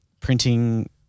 printing